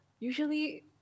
Usually